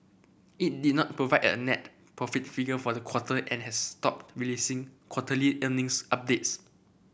it did not provide a net profit figure for the quarter and has stopped releasing quarterly earnings updates